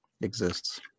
exists